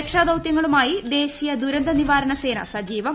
രക്ഷാദൌതൃങ്ങളുമായി ദേശീയ ദുരന്തനിവാരണസേന സജീവം